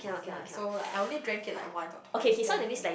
ya so like I only drank it like once or twice then after that